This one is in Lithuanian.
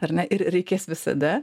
ar ne ir reikės visada